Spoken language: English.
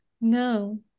no